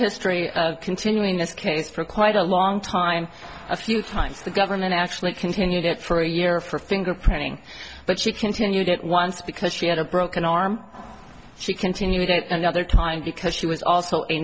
history of continuing this case for quite a long time a few times the government actually continued it for a year for fingerprinting but she continued it once because she had a broken arm she continued at another time because she was also a